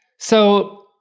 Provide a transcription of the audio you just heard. so,